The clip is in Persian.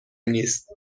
نیست